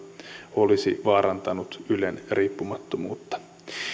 olisivat vaarantaneet ylen riippumattomuutta